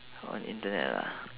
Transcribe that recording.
on internet ah